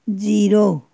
zero